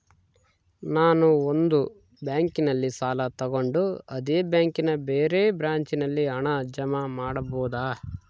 ನಾನು ಒಂದು ಬ್ಯಾಂಕಿನಲ್ಲಿ ಸಾಲ ತಗೊಂಡು ಅದೇ ಬ್ಯಾಂಕಿನ ಬೇರೆ ಬ್ರಾಂಚಿನಲ್ಲಿ ಹಣ ಜಮಾ ಮಾಡಬೋದ?